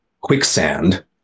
quicksand